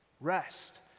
rest